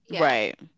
right